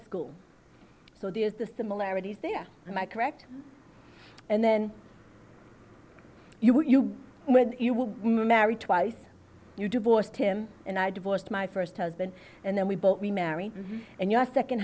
school so there's the similarities there and i correct and then you were you when you were married twice you divorced him and i divorced my first husband and then we both remarried and your second